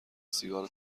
سیگارو